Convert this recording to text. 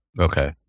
Okay